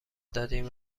دادین